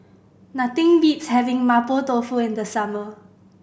nothing beats having Mapo Tofu in the summer